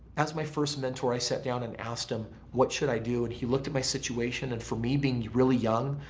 as my first mentor, i sat down and asked him what should i do and he looked at my situation and for me being really young,